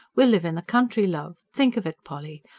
we'll live in the country, love. think of it, polly!